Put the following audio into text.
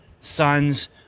sons